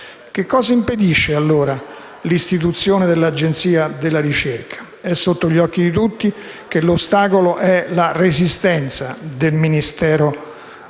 Che cosa impedisce, allora, l'istituzione dell'Agenzia della ricerca? È sotto gli occhi di tutti che l'ostacolo è la resistenza del Ministero